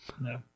No